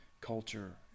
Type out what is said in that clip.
culture